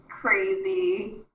crazy